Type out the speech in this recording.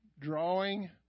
drawing